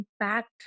impact